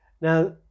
Now